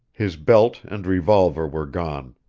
his belt and revolver were gone.